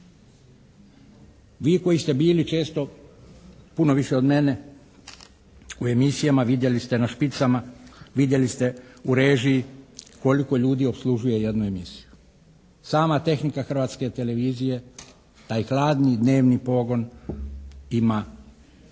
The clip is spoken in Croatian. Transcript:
Vi koji ste bili često, puno više od mene, u emisijama vidjeli ste na špicama, vidjeli ste u režiji koliko ljudi opslužuje jednu emisiju. Sama tehnika Hrvatske televizije, taj hladni dnevni pogon ima tisuću